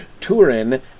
Turin